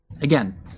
Again